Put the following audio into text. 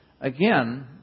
Again